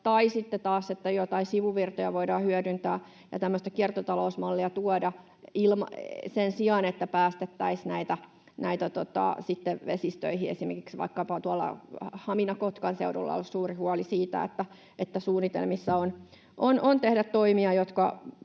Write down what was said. tai sitten taas joitain sivuvirtoja voidaan hyödyntää ja tämmöistä kiertotalousmallia tuoda sen sijaan, että päästettäisiin näitä sitten vesistöihin. Esimerkiksi vaikkapa tuolla Haminan—Kotkan seudulla on suuri huoli siitä, että suunnitelmissa on tehdä toimia,